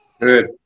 Good